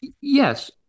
Yes